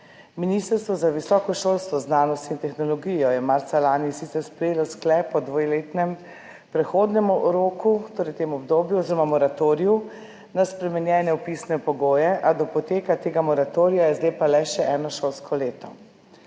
Ministrstvo za visoko šolstvo, znanost in tehnologijo je marca lani sicer sprejelo sklep o dvoletnem prehodnem roku, torej temu obdobju oziroma moratoriju na spremenjene vpisne pogoje, a do poteka tega moratorija je zdaj le še eno šolsko leto.